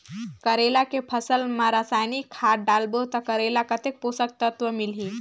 करेला के फसल मा रसायनिक खाद डालबो ता करेला कतेक पोषक तत्व मिलही?